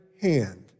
hand